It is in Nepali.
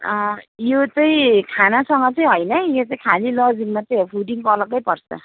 यो चाहिँ खानासँग चाहिँ होइन है यो चाहिँ खालि लजिङ मात्रै हो फुडिङको अलगै पर्छ